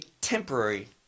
temporary